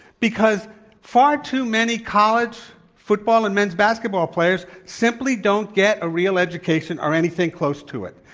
because far too many college football and men's basketball players simply don't get a real education or anything close to it.